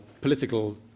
political